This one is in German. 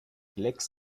lecks